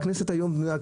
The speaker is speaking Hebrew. הכנסת היום בנויה,